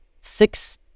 six